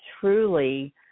truly